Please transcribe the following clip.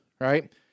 right